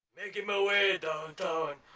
making my way downtown,